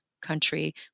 country